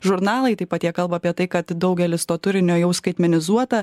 žurnalai taip pat jie kalba apie tai kad daugelis to turinio jau skaitmenizuota